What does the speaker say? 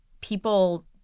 people